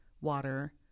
water